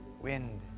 Wind